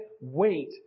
wait